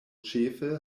ĉefe